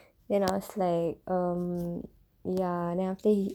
then I was like um ya and then after that he